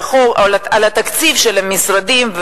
את התקציב של המשרדים,